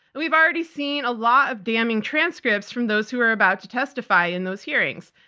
we've already seen a lot of damning transcripts from those who are about to testify in those hearings.